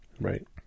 right